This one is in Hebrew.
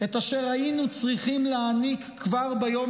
את אשר היינו צריכים להעניק כבר ביום